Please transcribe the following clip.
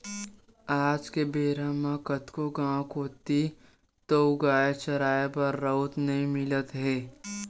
आज के बेरा म कतको गाँव कोती तोउगाय चराए बर राउत नइ मिलत हे